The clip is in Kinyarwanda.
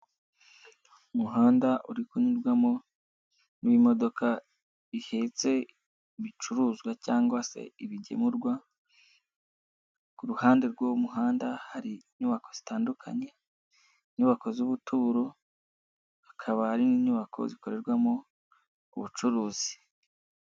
Umuhanda uri kunyurwamo n'imodoka ihetse ibicuruzwa cyangwa se ibigemurwa, ku ruhande rw'uwo muhanda hari inyubako zitandukanye, inyubako z'ubuturo, hakaba hari n'inyubako zikorerwamo ubucuruzi.